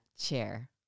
chair